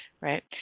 right